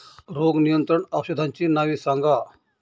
रोग नियंत्रण औषधांची नावे सांगा?